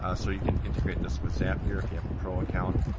ah so you can integrate this with zap here if you have a pro account.